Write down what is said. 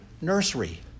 nursery